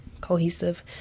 cohesive